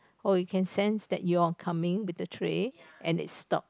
oh it can sense that you're coming with the tray and it stop